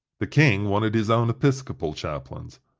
the king wanted his own episcopal chaplains.